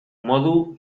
modu